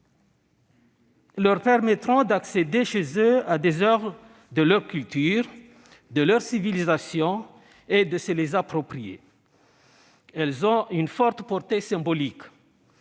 -leur permettront d'accéder chez eux à des oeuvres de leur culture, de leur civilisation et de se les approprier. Ces oeuvres ont une forte portée symbolique.